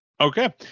Okay